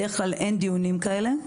בדרך כלל אין דיונים כאלה.